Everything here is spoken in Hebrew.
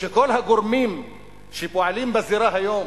שכל הגורמים שפועלים בזירה היום,